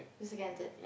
the second and third